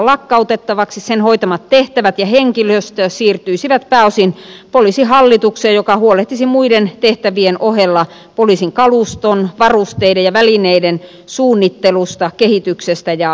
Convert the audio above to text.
sen hoitamat tehtävät ja henkilöstö siirtyisivät pääosin poliisihallitukseen joka huolehtisi muiden tehtävien ohella poliisin kaluston varusteiden ja välineiden suunnittelusta kehityksestä ja hankintatyöstä